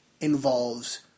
involves